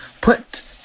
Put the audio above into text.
Put